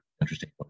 interesting